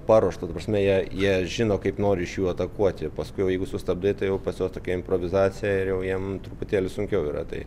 paruoštos ta prasme jie jie žino kaip nori iš jų atakuoti o paskui jeigu jau sustabai tai jau pas juos tokia improvizacija ir jau jiem truputėlį sunkiau yra tai